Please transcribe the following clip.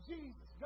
Jesus